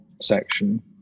section